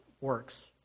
Works